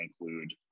include